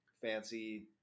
fancy